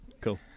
Cool